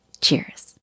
Cheers